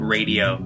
Radio